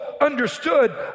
understood